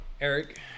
Eric